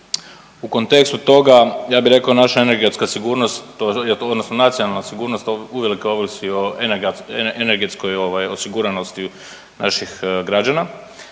U kontekstu toga ja bi rekao energetska sigurnost odnosno nacionalna sigurnost uvelike ovisi o energetskoj ovaj osiguranosti naših građana,